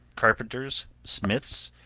carpenters, smiths,